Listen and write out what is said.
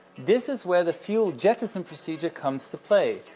this is where the fuel jettison procedure comes to play.